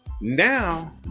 Now